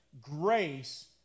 grace